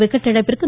wicket இழப்பிற்கு